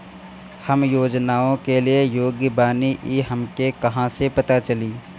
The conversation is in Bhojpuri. हम योजनाओ के लिए योग्य बानी ई हमके कहाँसे पता चली?